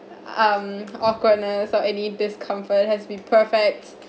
um awkwardness or any discomfort has to be perfect